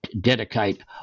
dedicate